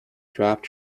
dropped